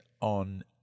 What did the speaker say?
on